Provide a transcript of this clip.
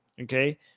okay